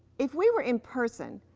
if we were in-person,